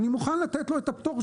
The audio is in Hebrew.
אני מוכן לתת לו פטור,